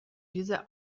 diese